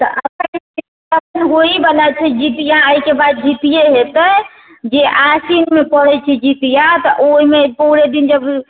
जितिआ एहिके बाद जितिए हेतै जे आसिनमे पड़ै छै जितिआ तऽ ओहिमे पूरे दिन जब